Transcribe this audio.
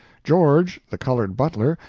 george, the colored butler,